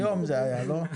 היום זה היה, לא?